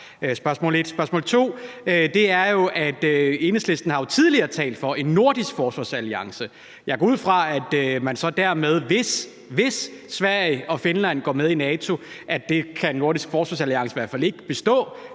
Spørgsmål to handler om, at Enhedslisten jo tidligere har talt for en nordisk forsvarsalliance. Jeg går ud fra, at det, hvis Sverige og Finland går med i NATO, så dermed betyder, at en nordisk forsvarsalliance så i hvert fald ikke kan bestå